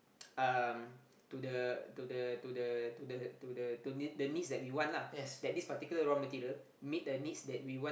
um to the to the to the to the to the to need the needs that we want lah that this particular raw material meet the needs that we want